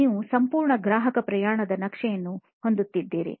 ನೀವು ಸಂಪೂರ್ಣ ಗ್ರಾಹಕ ಪ್ರಯಾಣದ ನಕ್ಷೆಯನ್ನು ಹೊಂದಿರುತ್ತೀರಿ